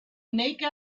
make